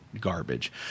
garbage